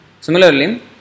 Similarly